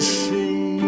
see